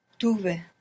Tuve